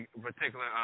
particular –